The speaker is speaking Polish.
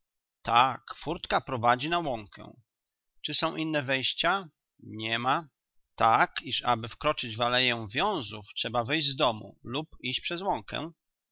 tak furtka prowadzi na łąkę czy są inne wejścia niema tak iż aby wkroczyć w aleję wiązów trzeba wyjść z domu lub iść przez